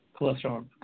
cholesterol